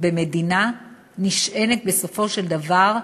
במדינה נשענת, בסופו של דבר,